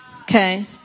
Okay